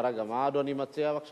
רגע, מה אדוני מציע, בבקשה?